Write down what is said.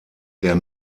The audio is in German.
der